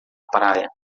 praia